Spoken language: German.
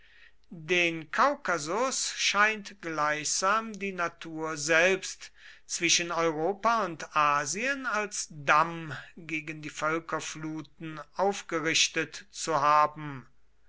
den kaukasus scheint gleichsam die natur selbst zwischen europa und asien als damm gegen die völkerfluten aufgerichtet zu haben